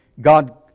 God